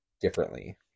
differently